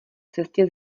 cestě